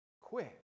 quit